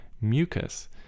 mucus